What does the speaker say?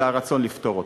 אלא הרצון לפתור אותן.